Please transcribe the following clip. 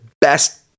best